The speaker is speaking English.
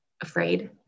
afraid